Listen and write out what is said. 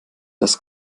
das